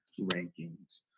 rankings